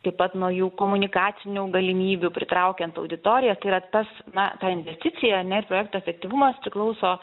taip pat nuo jų komunikacinių galimybių pritraukiant auditoriją tai yra tas na ta investicija ane ir projekto efektyvumas priklauso